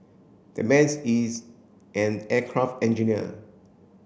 that man's is an aircraft engineer